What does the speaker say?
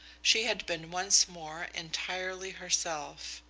she had been once more entirely herself,